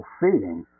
seeing